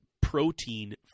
protein